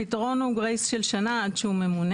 הפתרון הוא תקופת חסד של שנה עד שהוא ממונה.